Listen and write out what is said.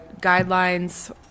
guidelines